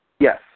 Yes